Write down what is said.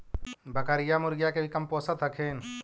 बकरीया, मुर्गीया के भी कमपोसत हखिन?